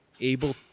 able